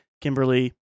Kimberly